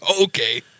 Okay